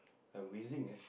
I have wheezing eh